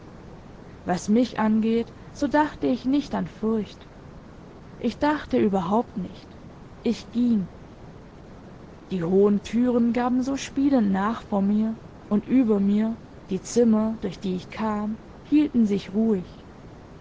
was mich angeht so dachte ich nicht an furcht ich dachte überhaupt nicht ich ging die hohen türen gaben so spielend nach vor mir und über mir die zimmer durch die ich kam hielten sich ruhig